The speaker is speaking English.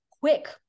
quick